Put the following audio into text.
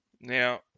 Now